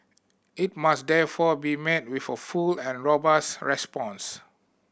it must therefore be met with a full and robust response